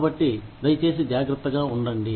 కాబట్టి దయచేసి జాగ్రత్తగా ఉండండి